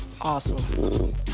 Awesome